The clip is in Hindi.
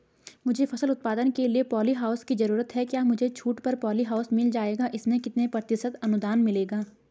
मुझे फसल उत्पादन के लिए प ॉलीहाउस की जरूरत है क्या मुझे छूट पर पॉलीहाउस मिल जाएगा इसमें कितने प्रतिशत अनुदान मिलेगा?